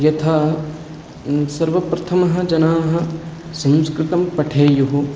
यथा सर्वप्रथमं जनाः संस्कृतं पठेयुः